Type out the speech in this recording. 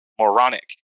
moronic